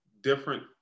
different